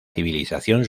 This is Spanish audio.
civilización